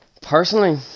personally